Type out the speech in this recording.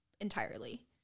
entirely